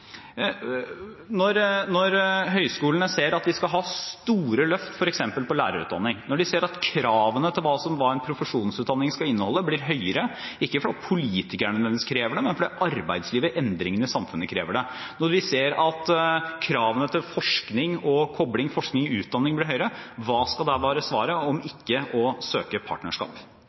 Når høyskolene ser at de skal ha store løft f.eks. på lærerutdanning, når de ser at kravene til hva en profesjonsutdanning skal inneholde, blir høyere, ikke fordi politikerne nødvendigvis krever det, men fordi arbeidslivet og endringene i samfunnet krever det, når vi ser at kravene til forskning og kobling mellom forskning og utdanning blir høyere – hva skal da være svaret, om